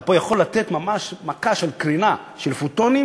אתה פה יכול לתת ממש מכה של קרינה של פרוטונים